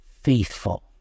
faithful